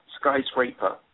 skyscraper